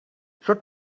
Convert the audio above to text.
sut